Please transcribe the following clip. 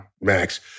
Max